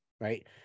right